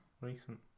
recent